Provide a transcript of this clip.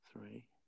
three